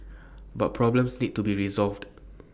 but problems need to be resolved